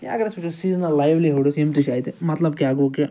یا اَگر أسۍ وُچھُو سیٖزنَل لایِولی ہُڈٕس یِم تہِ چھِ اَتہِ مطلب کیٛاہ گوٚو کہِ